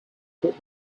put